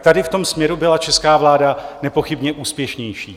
Tady v tom směru byla česká vláda nepochybně úspěšnější.